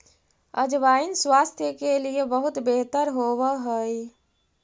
अजवाइन स्वास्थ्य के लिए बहुत बेहतर होवअ हई